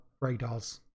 radars